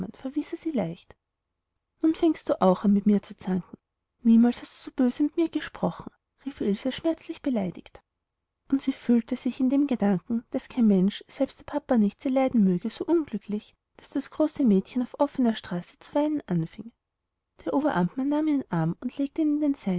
sie leicht nun fängst auch du an mit mir zu zanken niemals hast du so böse mit mir gesprochen rief ilse schmerzlich beleidigt und sie fühlte sich in dem gedanken daß kein mensch selbst der papa nicht sie leiden möge so unglücklich daß das große mädchen auf offner straße zu weinen anfing der oberamtmann nahm ihren arm und legte ihn in den